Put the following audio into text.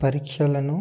పరీక్షలను